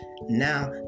Now